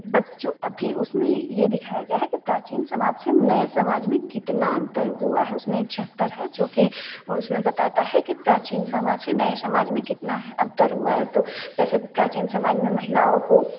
बच्चों अभी उसमें ये दिखाया गया है कि प्राचीन समाज से नए समाज में कितना अंतर हुआ है उसमें एक चैप्टर है जो कि उसमें बताता है कि प्राचीन समाज से नए समाज में कितना है अंतर हुआ है तो जैसे प्राचीन समाज में महिलाओं को